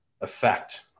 effect